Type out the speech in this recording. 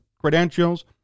credentials